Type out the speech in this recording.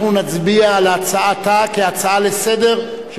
אנחנו נצביע על הצעתה כהצעה לסדר-היום,